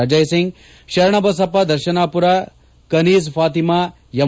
Ajay Singh Sharanabasappa Darshanapur Kaneez Fatima M